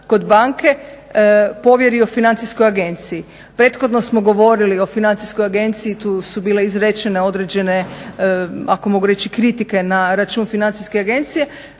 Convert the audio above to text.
kod banke povjerio financijskoj agenciji. Prethodno smo govorili o financijskoj agenciji, tu su bile izrečene određene, ako mogu reći kritike na račun financijske agencije.